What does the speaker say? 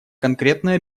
конкретное